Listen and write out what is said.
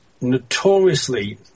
notoriously